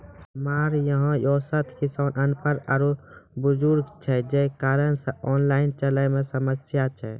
हमरा यहाँ औसत किसान अनपढ़ आरु बुजुर्ग छै जे कारण से ऑनलाइन चलन मे समस्या छै?